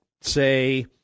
say